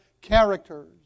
characters